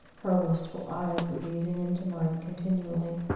her wistful eyes were gazing into mine continually.